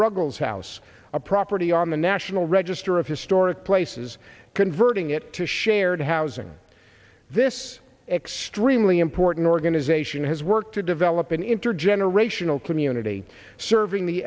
ruggles house a property on the national register of historic places converting it to shared housing this extremely important organization has worked to develop an intergenerational community serving the